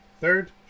Third